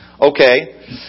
okay